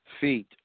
feet